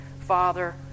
Father